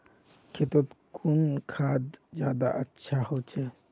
खेतोत कुन खाद ज्यादा अच्छा होचे?